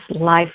life